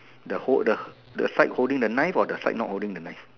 the hold the the side holding the knife or the side not holding the knife